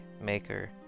maker